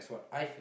I